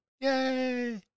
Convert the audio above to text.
Yay